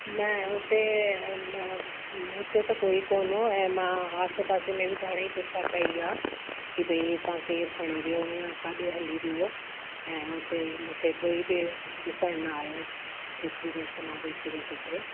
न हुते मां हुते त कोई कोन हो ऐं मां आसे पासे में बि घणेई पुछां कई आहे की भाई हितां केरु खणी वियो या किथे हली वियो ऐं हुते मूंखे कोई बि ॾिसणु न आहियो जेतिरी देरि त मां ॿेठी हुयसि हुते